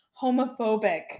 Homophobic